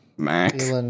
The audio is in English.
max